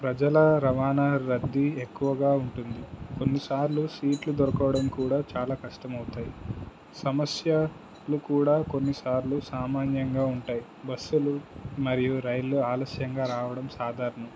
ప్రజల రవాణా రద్దీ ఎక్కువగా ఉంటుంది కొన్నిసార్లు సీట్లు దొరకోవడం కూడా చాలా కష్టమవుతాయి సమస్యలు కూడా కొన్నిసార్లు సామాన్యంగా ఉంటాయి బస్సులు మరియు రైళ్లు ఆలస్యంగా రావడం సాధారణ